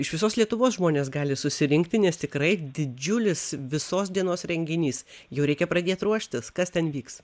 iš visos lietuvos žmonės gali susirinkti nes tikrai didžiulis visos dienos renginys jau reikia pradėt ruoštis kas ten vyks